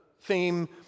theme